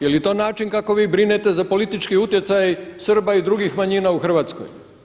Je li to način kako vi brinete za politički utjecaj Srba i drugih manjina u Hrvatskoj?